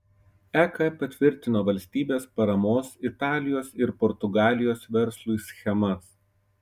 ek patvirtino valstybės paramos italijos ir portugalijos verslui schemas